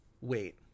Wait